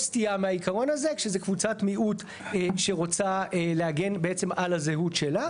יש סטייה מהעיקרון הזה כשזה קבוצת מיעוט שרוצה להגן בעצם על הזהות שלה.